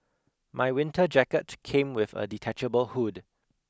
my winter jacket came with a detachable hood